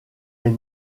est